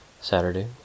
Saturday